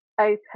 open